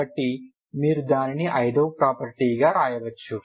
కాబట్టి మీరు దానిని ఐదవ ప్రాపర్టీగా వ్రాయవచ్చు